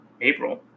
April